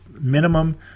minimum